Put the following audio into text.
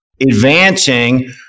advancing